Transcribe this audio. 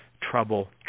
trouble